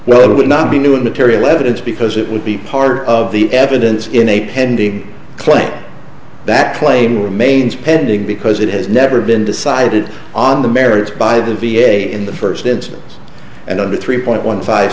well it would not be new material evidence because it would be part of the evidence in a pending claim that claim remains pending because it has never been decided on the merits by the v a in the first instance and on the three point one five